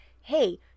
hey